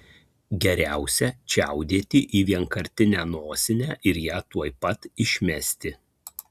geriausia čiaudėti į vienkartinę nosinę ir ją tuoj pat išmesti